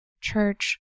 church